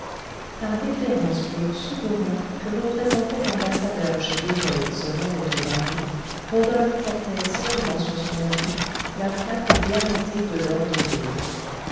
par déférence pour le souverain que représentait l'ambassadeur chez lequel il se rendait au bal rodolphe portait seulement sur son habit la plaque diamantée de l'ordre de